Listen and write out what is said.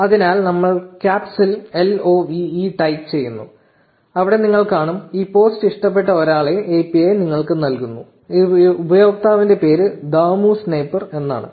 അതിനാൽ നമ്മൾ ക്യാപ്സിൽ L O V E type ചെയ്യുന്നു അവിടെ നിങ്ങൾ കാണും ഈ പോസ്റ്റ് ഇഷ്ടപ്പെട്ട ഒരാളെ API നിങ്ങൾക്ക് നൽകുന്നു ഈ ഉപയോക്താവിന്റെ പേര് Dhamu Sniper ദാമു സ്നൈപ്പർ എന്നാണ്